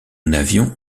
n’avions